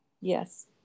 Yes